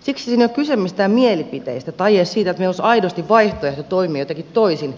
siksi siinä ei ole kyse mistään mielipiteistä tai edes siitä että meillä olisi aidosti vaihtoehto toimia jotenkin toisin